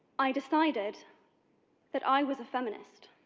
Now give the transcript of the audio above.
i decided that i was a feminist.